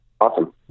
Awesome